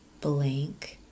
blank